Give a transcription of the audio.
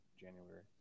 January